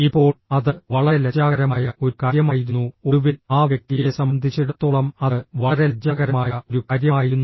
ഇപ്പോൾ അത് വളരെ ലജ്ജാകരമായ ഒരു കാര്യമായിരുന്നു ഒടുവിൽ ആ വ്യക്തിയെ സംബന്ധിച്ചിടത്തോളം അത് വളരെ ലജ്ജാകരമായ ഒരു കാര്യമായിരുന്നു